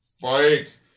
Fight